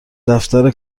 دفتر